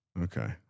Okay